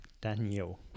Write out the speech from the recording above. Daniel